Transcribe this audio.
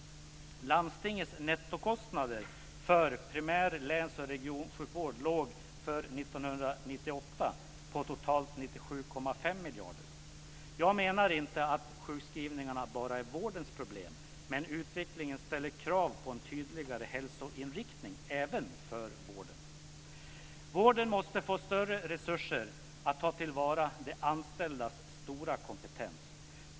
Landstingets nettokostnader för primär-, läns och regionsjukvård låg för 1998 på totalt 97,5 miljarder. Jag menar inte att sjukskrivningarna bara är vårdens problem. Men utvecklingen ställer krav på en tydligare hälsoinriktning även för vården. Vården måste få större resurser att ta till vara de anställdas stora kompetens.